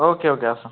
ওকে okay আসো